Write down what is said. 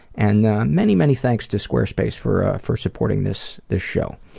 and many, many thanks to squarespace for for supporting this this show.